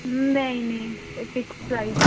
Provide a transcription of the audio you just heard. हं नेईं नेईं फिक्स ऐ